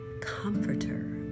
comforter